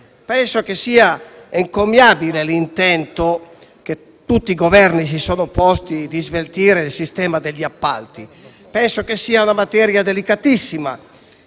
Penso sia encomiabile l'intento, che tutti i Governi si sono posti, di sveltire il sistema degli appalti; ritengo che sia una materia delicatissima.